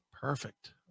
Perfect